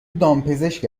دامپزشک